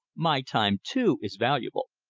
my time, too, is valuable.